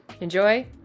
Enjoy